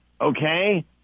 okay